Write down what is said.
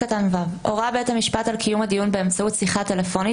הורה בית המשפט על קיום הדיון באמצעות שיחה טלפונית